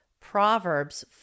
Proverbs